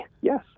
Yes